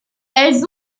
elles